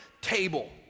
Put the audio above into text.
table